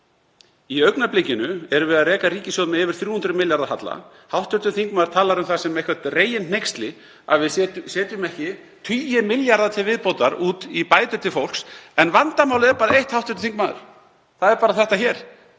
Í augnablikinu erum við að reka ríkissjóð með yfir 300 milljarða halla. Hv. þingmaður talar um það sem eitthvert reginhneyksli að við setjum ekki tugi milljarða til viðbótar út í bætur til fólks. En vandamálið er bara eitt, hv. þingmaður, það er bara þetta hér: